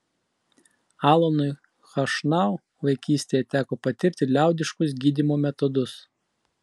alanui chošnau vaikystėje teko patirti liaudiškus gydymo metodus